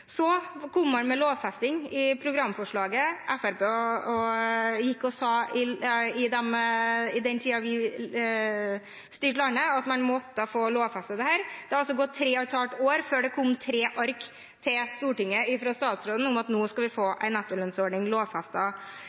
Så kom man med lovfesting i programforslaget. Fremskrittspartiet sa i den tiden vi styrte landet, at man måtte få lovfestet dette. Det gikk tre og et halvt år før det kom tre ark til Stortinget fra statsråden om at nå skal vi få en lovfestet nettolønnsordning.